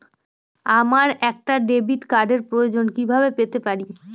আমার একটা ডেবিট কার্ডের প্রয়োজন কিভাবে পেতে পারি?